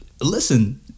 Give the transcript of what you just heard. Listen